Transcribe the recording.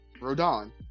Rodon